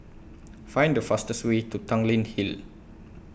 Find The fastest Way to Tanglin Hill